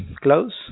close